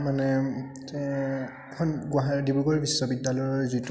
মানে এইখন গুৱাহা ডিব্ৰুগড় বিশ্ববিদ্য়ালয়ৰ যিটো